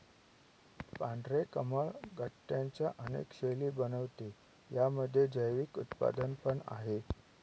पांढरे कमळ गट्ट्यांच्या अनेक शैली बनवते, यामध्ये जैविक उत्पादन पण आहे